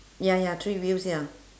ya ya three wheels ya